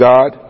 God